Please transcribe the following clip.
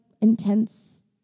intense